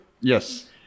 Yes